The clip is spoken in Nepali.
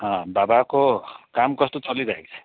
अँ बाबाको काम कस्तो चलिरहेको छ